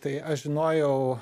tai aš žinojau